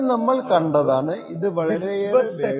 ഇവിടെ നമ്മൾ കണ്ടതാണ് ഇത് വളരെയേറെ വേഗം കുറഞ്ഞ ഒരു സംഗതിയാണ്